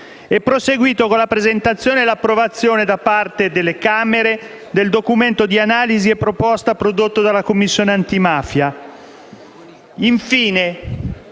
proseguito con la presentazione e l'approvazione da parte delle Camere del documento di analisi e proposta prodotto dalla Commissione antimafia.